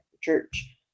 church